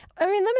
i mean,